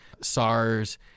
SARS